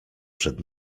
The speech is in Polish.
przed